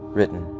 Written